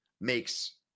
makes